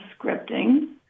scripting